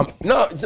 No